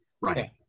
Right